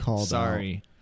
sorry